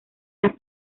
las